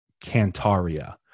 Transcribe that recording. Cantaria